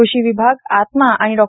कृषी विभाग आत्मा आणि डॉ